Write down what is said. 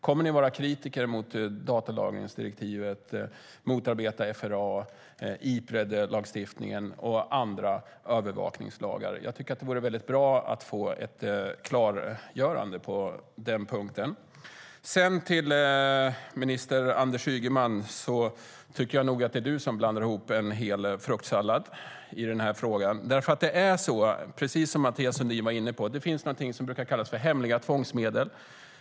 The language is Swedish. Kommer ni att vara kritiska mot datalagringsdirektivet och motarbeta FRA, Ipredlagstiftningen och andra övervakningslagar? Jag tycker att det skulle vara väldigt bra att få ett klargörande på den punkten. Jag ska sedan vända mig till minister Anders Ygeman. Jag tycker att det är du som blandar ihop en hel fruktsallad i den här frågan. Det finns nämligen, precis som Mathias Sundin var inne på, någonting som brukar kallas för hemliga tvångsmedel.